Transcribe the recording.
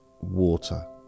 Water